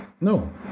No